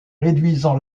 réduisant